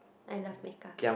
I love makeup